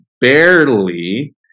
barely